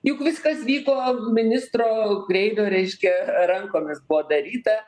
juk viskas vyko ministro kreivio reiškia rankomis buvo daryta